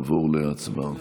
נעבור להצבעה.